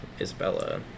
Isabella